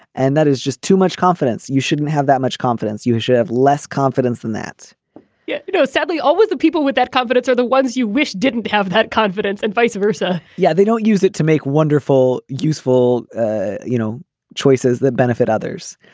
and that is just too much confidence. you shouldn't have that much confidence you should have less confidence than that yeah you know sadly always the people with that confidence are the ones you wish didn't have that confidence and vice versa yeah they don't use it to make wonderful useful ah you know choices that benefit others.